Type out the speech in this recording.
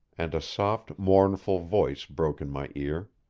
and a soft, mournful voice broke on my ear.